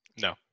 No